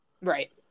Right